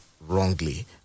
wrongly